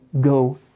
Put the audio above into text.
go